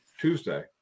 Tuesday